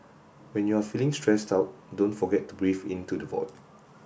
when you are feeling stressed out don't forget to breathe into the void